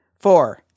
Four